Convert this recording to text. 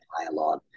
dialogue